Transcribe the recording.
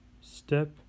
Step